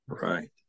Right